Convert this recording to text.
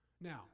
Now